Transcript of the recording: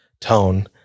tone